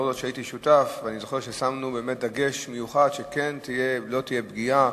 לאור זאת שהייתי שותף ואני זוכר ששמנו באמת דגש מיוחד שלא תהיה פגיעה.